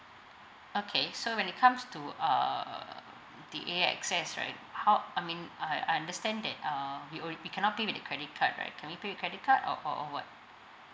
okay so when it comes to uh the A_X_S right how I mean I understand that um we will we cannot pay with the credit card right can we pay with credit card or or what